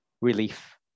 relief